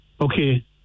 Okay